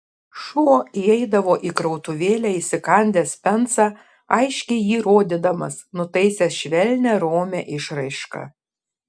šuo įeidavo į krautuvėlę įsikandęs pensą aiškiai jį rodydamas nutaisęs švelnią romią išraišką